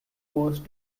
forced